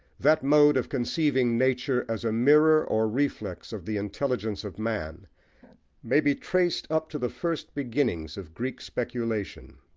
that mode of conceiving nature as a mirror or reflex of the intelligence of man may be traced up to the first beginnings of greek speculation.